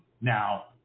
Now